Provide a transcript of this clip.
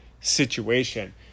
situation